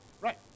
Right